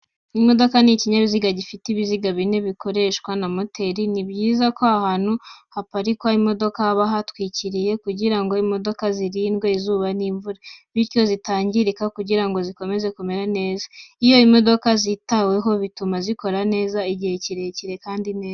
Imodoka ni ikinyabiziga gifite ibiziga bine bikoreshwa na moteri, ni byiza ko ahantu haparikwa imodoka haba hatwikiriye kugira ngo imodoka zirindwe izuba n'imvura, bityo zitangirika kugirango zikomeze kumera neza. Iyo imodoka zitaweho bituma zikora igihe kirekire kandi neza.